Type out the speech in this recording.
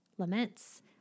Laments